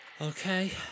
Okay